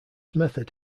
method